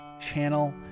channel